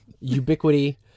ubiquity